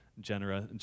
generous